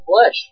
flesh